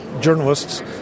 journalists